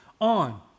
on